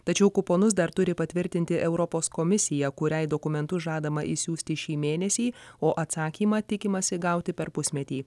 tačiau kuponus dar turi patvirtinti europos komisija kuriai dokumentus žadama išsiųsti šį mėnesį o atsakymą tikimasi gauti per pusmetį